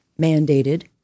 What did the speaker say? mandated